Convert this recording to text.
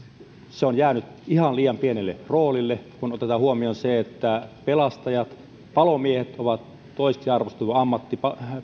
se on jäänyt ihan liian pienelle roolille kun otetaan huomioon se että pelastajat palomiehet ovat toiseksi arvostetuin ammatti